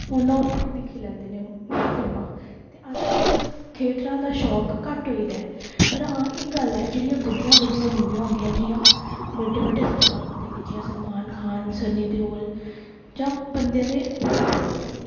फोनै उप्पर ई दिक्खी लैंदे न फिल्मां ते अज्जकल थेटरां दा शौक घट्ट होई गेदा ऐ पर आं एह् गल्ल ऐ की जेह्ड़ियां बड्डियां बड्डियां मूवियां होंदियां जियां बड्डे बड्डे स्टार होंदे जियां सलमान खान सन्नी देओल जेह्ड़े जेह्ड़े